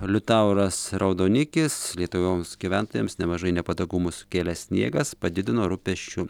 liutauras raudonikis lietuvos gyventojams nemažai nepatogumų sukėlęs sniegas padidino rūpesčių